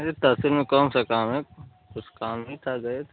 अरे तहसील में कौन सा काम है कुछ काम ही था गए थे